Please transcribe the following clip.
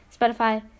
Spotify